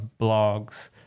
blogs